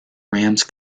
rams